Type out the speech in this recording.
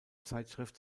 zeitschrift